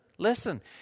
Listen